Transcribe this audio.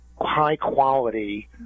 high-quality